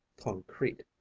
concrete